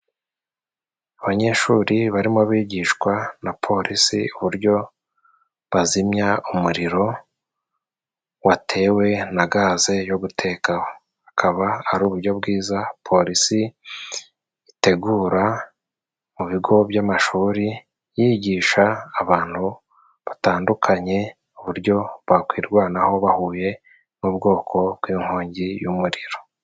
Abanyeshuri barimo bigishwa na polisi uburyo bazimya umuriro watewe na gaze yo gutekaho. Akaba ari uburyo bwiza polisi itegura mu bigo by'amashuri, yigisha abantu batandukanye uburyo bakwirwanaho bahuye n'ubwoko bw'inkongi y'umuriro.